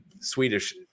Swedish